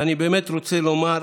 מתמטיקה,